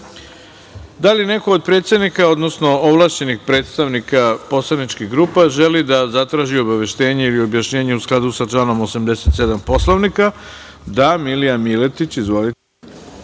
li neko od predsednika, odnosno ovlašćenih predstavnika poslaničkih grupa, želi da zatraži obaveštenje ili objašnjenje, u skladu sa članom 87. Poslovnika? Ima reč Milija Miletić. Izvolite.